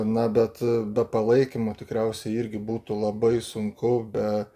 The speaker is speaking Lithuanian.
na bet be palaikymo tikriausiai irgi būtų labai sunku be